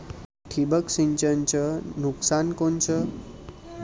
ठिबक सिंचनचं नुकसान कोनचं?